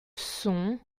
sont